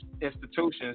institutions